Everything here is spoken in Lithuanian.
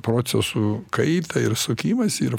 procesų kaitą ir sukimasį ir